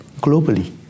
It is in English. globally